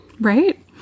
right